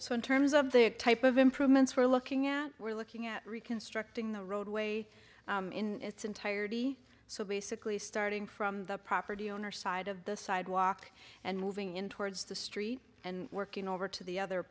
so in terms of the type of improvements we're looking at we're looking at reconstructing the roadway in its entirety so basically starting from the property owner side of the sidewalk and moving in towards the street and working over to the other